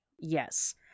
Yes